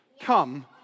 come